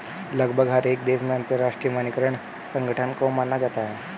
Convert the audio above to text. लगभग हर एक देश में अंतरराष्ट्रीय मानकीकरण संगठन को माना जाता है